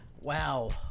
Wow